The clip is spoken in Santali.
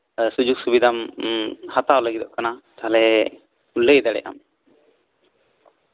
ᱚᱱᱟ ᱠᱷᱟᱹᱛᱤᱨ ᱟᱢ ᱡᱚᱫᱤ ᱥᱩᱡᱳᱜ ᱥᱩᱵᱤᱫᱷᱟᱢ ᱦᱟᱛᱟᱣ ᱞᱟᱹᱜᱤᱫᱚᱜ ᱠᱟᱱᱟ ᱛᱟᱦᱚᱞᱮ ᱞᱟᱹᱭ ᱫᱟᱲᱮᱭᱟᱜ ᱟᱢ